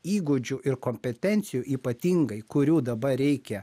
įgūdžių ir kompetencijų ypatingai kurių dabar reikia